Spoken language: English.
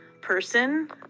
person